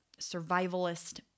survivalist